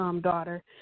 daughter